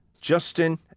Justin